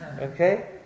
Okay